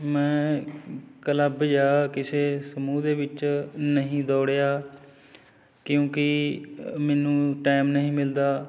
ਮੈਂ ਕਲੱਬ ਜਾਂ ਕਿਸੇ ਸਮੂਹ ਦੇ ਵਿੱਚ ਨਹੀਂ ਦੌੜਿਆ ਕਿਉਂਕਿ ਮੈਨੂੰ ਟਾਈਮ ਨਹੀਂ ਮਿਲਦਾ